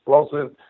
explosive